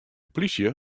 polysje